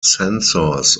sensors